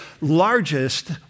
largest